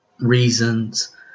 reasons